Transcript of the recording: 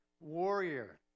warrior